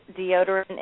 deodorant